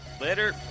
Later